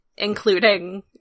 Including